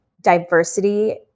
diversity